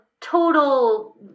total